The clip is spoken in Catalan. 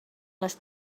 les